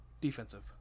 Defensive